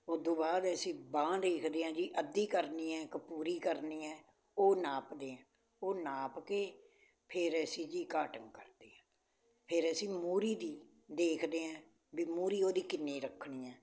ਉਦੂੰ ਬਾਅਦ ਅਸੀਂ ਬਾਂਹ ਦੇਖਦੇ ਐਂ ਜੀ ਅੱਧੀ ਕਰਨੀ ਹੈ ਕਿ ਪੂਰੀ ਕਰਨੀ ਹੈ ਉਹ ਨਾਪਦੇ ਐਂ ਉਹ ਨਾਪ ਕੇ ਫਿਰ ਅਸੀਂ ਜੀ ਕਟਿੰਗ ਕਰਦੇ ਹਾਂ ਫਿਰ ਅਸੀਂ ਮੂਹਰੀ ਦੀ ਦੇਖਦੇ ਹੈ ਵੀ ਮੂਹਰੀ ਉਹਦੀ ਕਿੰਨੀ ਰੱਖਣੀ ਹੈ